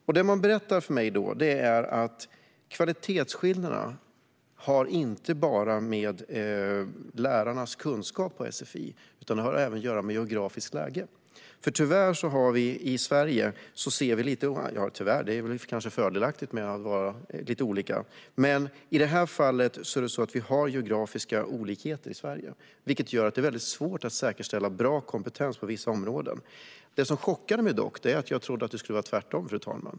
Det som man berättade för mig är att kvalitetsskillnaderna inte bara har med lärarnas kunskap i sfi att göra utan även med geografiskt läge. Tyvärr har vi i detta fall geografiska olikheter i Sverige, vilket gör att det är mycket svårt att säkerställa bra kompetens på vissa områden. Det som chockade mig var att jag trodde att det skulle vara tvärtom.